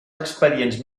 expedients